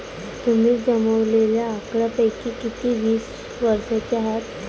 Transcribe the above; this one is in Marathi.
तुम्ही जमवलेल्या आकड्यांपैकी किती वीस वर्षांचे आहेत?